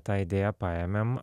tą idėją paėmėm